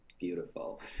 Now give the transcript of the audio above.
Beautiful